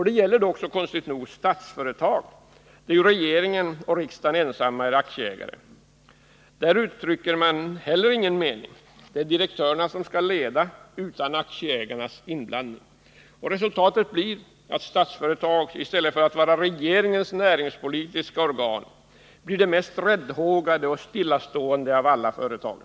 Det gäller konstigt nog också Statsföretag, där ju regeringen och riksdagen ensamma är aktieägare. Där uttrycker man heller ingen mening — det är direktörerna som skall leda utan aktieägarens inblandning. Resultatet blir att Statsföretag i stället för att vara regeringens näringspolitiska organ blir det mest räddhågade och stillastående av alla företag.